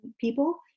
people